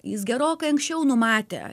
jis gerokai anksčiau numatė